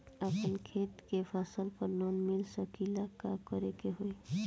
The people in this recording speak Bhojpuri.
अपना खेत के फसल पर लोन मिल सकीएला का करे के होई?